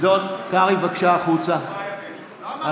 אדון קרעי, בבקשה, החוצה.